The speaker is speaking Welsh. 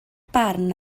barn